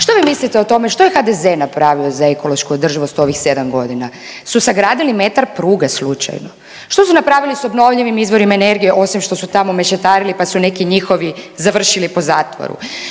što vi mislite o tome, što je HDZ napravio za ekološku održivost u ovih 7 godina? Su sagradili metar pruge slučajno? Što su napravili s obnovljivim izvorima energije, osim što su tamo mešetarili pa su neki njihovi završili po zatvoru?